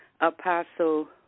Apostle